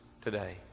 today